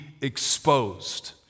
exposed